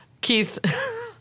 Keith